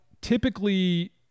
typically